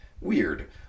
Weird